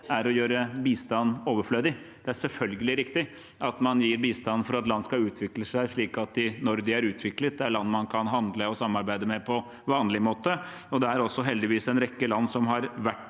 er å gjøre bistand overflødig. Det er selvfølgelig riktig at man gir bistand for at land skal utvikle seg, slik at når de er utviklet, er de land man kan handle og samarbeide med på vanlig måte. Det er heldigvis en rekke land som har vært